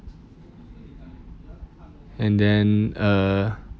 and then uh